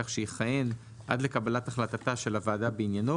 כך שיכהן עד לקבלת החלטתה של הוועדה בעניינו,